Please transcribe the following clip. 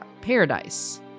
paradise